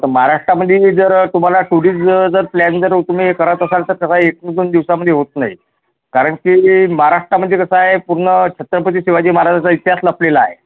तर महाराष्ट्रामध्ये जर तुम्हाला टुरिचं जर प्लॅन जर तुम्ही करत असाल तर कसं आहे एक दोन दिवसामध्ये होत नाही कारणकी महाराष्ट्रामध्ये कसं आहे पूर्ण छत्रपती शिवाजी महाराजाचा इतिहास लपलेला आहे